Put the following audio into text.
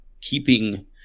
keeping